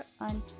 on